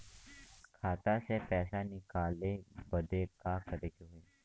खाता से पैसा निकाले बदे का करे के होई?